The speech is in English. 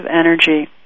energy